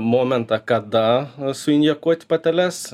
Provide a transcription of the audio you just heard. momentą kada suinjekuot patales